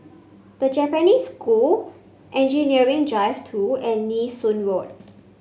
The Japanese School Engineering Drive Two and Nee Soon Road